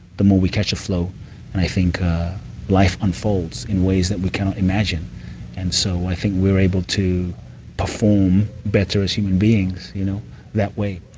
the more we catch the flow, and i think life unfolds in ways that we cannot imagine and so i think we're able to perform better as human beings you know that way,